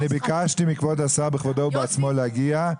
אני ביקשתי מכבוד השר בכבודו ובעצמו להגיע,